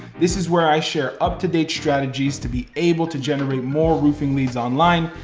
this is where i share up to date strategies to be able to generate more roofing leads online.